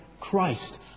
Christ